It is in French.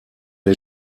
est